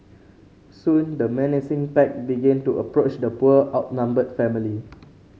soon the menacing pack began to approach the poor outnumbered family